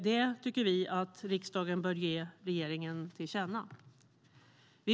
Det tycker vi att riksdagen bör ge regeringen till känna.